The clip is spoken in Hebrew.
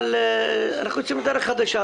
אבל אנחנו יוצאים לדרך חדש.